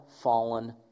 fallen